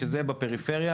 שזה בפריפריה.